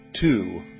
two